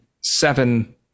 seven